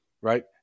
right